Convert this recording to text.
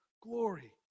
glory